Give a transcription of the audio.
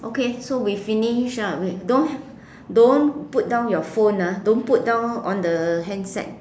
okay so we finished ah we don't don't put down your phone ah don't put down on the handset